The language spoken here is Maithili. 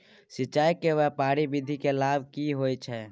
सिंचाई के क्यारी विधी के लाभ की होय छै?